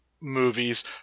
movies